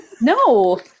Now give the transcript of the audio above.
no